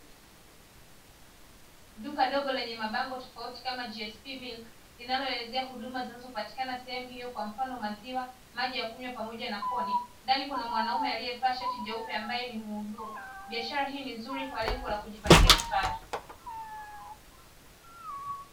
Duka dogo lenye mabango kama "gsp milk" linaloelezea huduma zinazopatikana sehemu hiyo kwa mfano maziwa, maji ya kunywa pamoja na Koni ndani Kuna mwanaumea alievaa shati jeupe ambae ni mhudumu, biashara hii ni nzuri kwalengo la kujipatia kipato .